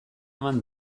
eman